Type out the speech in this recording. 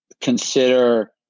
consider